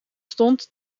stond